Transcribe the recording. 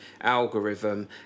algorithm